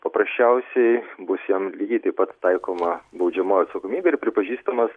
paprasčiausiai bus jam lygiai taip pat taikoma baudžiamoji atsakomybė ir pripažįstamas